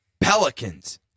Pelicans